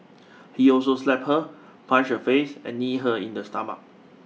he also slapped her punched her face and kneed her in the stomach